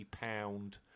pound